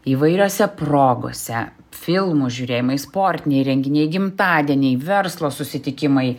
įvairiose progose filmų žiūrėjimai sportiniai renginiai gimtadieniai verslo susitikimai